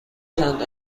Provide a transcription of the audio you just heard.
چند